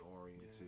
oriented